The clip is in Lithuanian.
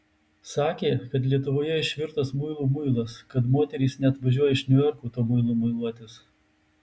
sakė kad lietuvoje išvirtas muilų muilas kad moterys net važiuoja iš niujorko tuo muilu muiluotis